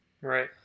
Right